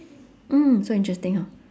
mm so interesting hor